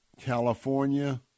California